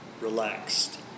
relaxed